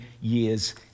years